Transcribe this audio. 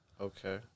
Okay